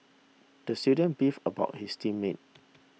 the student beefed about his team mates